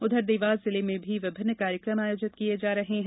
उधर देवास जिले में भी विभिन्न कार्यक्रम आयोजित किये जा रहे हैं